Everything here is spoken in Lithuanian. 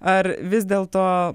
ar vis dėl to